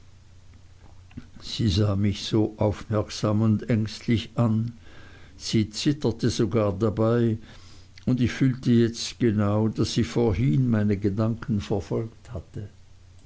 sie sah mich so aufmerksam und ängstlich an sie zitterte sogar dabei und ich fühlte jetzt genau daß sie vorhin meine gedanken verfolgt hatte